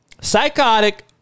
psychotic